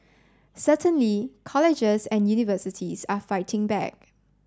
certainly colleges and universities are fighting back